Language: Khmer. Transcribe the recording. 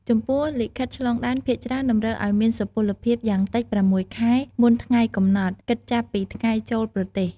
ចំពោះលិខិតឆ្លងដែនភាគច្រើនតម្រូវឱ្យមានសុពលភាពយ៉ាងតិច ៦ ខែមុនថ្ងៃផុតកំណត់ គិតចាប់ពីថ្ងៃចូលប្រទេស។